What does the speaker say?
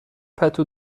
پتو